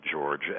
george